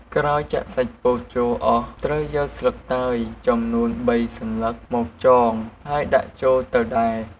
ក្រោយចាក់សាច់ពោតចូលអស់ ត្រូវយកស្លឹកតើយចំនួនបីសន្លឹកមកចងហើយដាក់ចូលទៅដែរ។